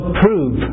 prove